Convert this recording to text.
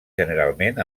generalment